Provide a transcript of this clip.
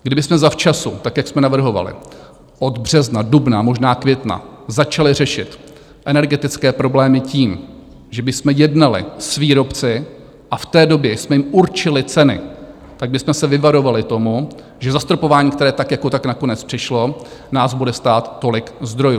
Kdybychom zavčasu, tak jak jsme navrhovali, od března, dubna a možná května, začali řešit energetické problémy tím, že bychom jednali s výrobci, a v té době jsme jim určili ceny, tak bychom se vyvarovali tomu, že zastropování, které tak jako tak nakonec přišlo, nás bude stát tolik zdrojů.